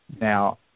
Now